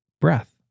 breath